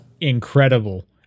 incredible